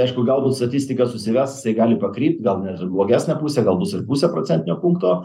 aišku galbūt statistika susives tai gali pakrypti gal ne blogesnę pusę gal bus ir pusę procentinio punkto